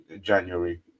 January